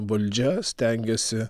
valdžia stengiasi